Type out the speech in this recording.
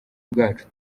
bwacu